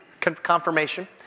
confirmation